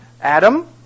Adam